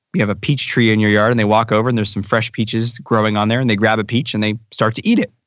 you have a peach tree in your yard and they walk over and there's some fresh peaches growing on there. and they grab a peach and they start to each it.